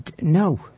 no